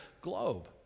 globe